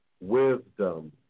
wisdom